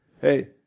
hey